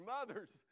Mothers